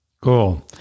Cool